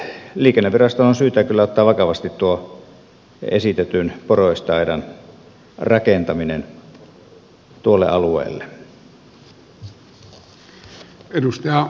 elikkä liikenneviraston on syytä kyllä ottaa vakavasti tuo esitetyn poroesteaidan rakentaminen tuolle alueelle